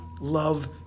love